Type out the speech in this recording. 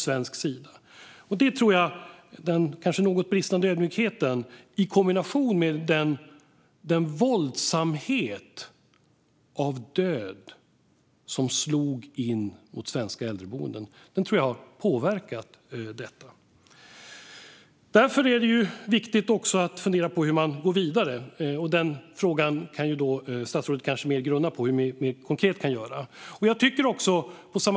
Jag tror att den kanske något bristande ödmjukheten i kombination med den våg av död som slog in med våldsam kraft mot svenska äldreboenden har påverkat detta. Därför är det viktigt att fundera på hur man går vidare, och den frågan kan statsrådet kanske grunna på när det gäller hur man konkret kan göra.